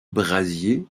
brasier